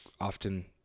often